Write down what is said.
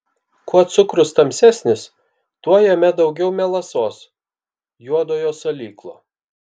kuo cukrus tamsesnis tuo jame daugiau melasos juodojo salyklo